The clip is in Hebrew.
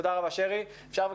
תודה רבה, אדוני